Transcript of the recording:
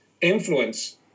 influence